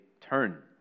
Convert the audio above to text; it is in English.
turn